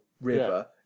River